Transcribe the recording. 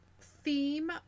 theme